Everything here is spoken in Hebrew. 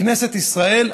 האם כנסת ישראל,